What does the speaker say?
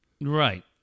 Right